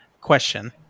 question